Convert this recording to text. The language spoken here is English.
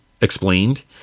explained